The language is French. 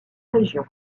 région